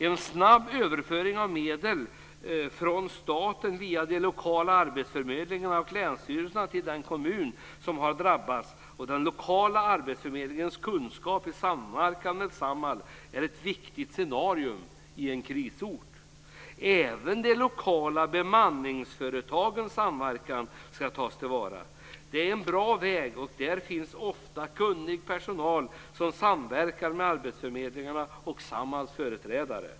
En snabb överföring av medel från staten via de lokala arbetsförmedlingarna och länsstyrelsen till den kommun som har drabbats och den lokala arbetsförmedlingens kunskap i samverkan med Samhall är ett viktigt scenario i en krisort. Även de lokala bemanningsföretagens samverkan ska tas till vara. Det är en bra väg. Där finns ofta kunnig personal som samverkar med arbetsförmedlingarna och Samhalls företrädare.